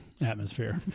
atmosphere